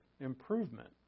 improvement